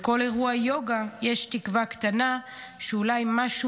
בכל אירוע יוגה יש תקווה קטנה שאולי משהו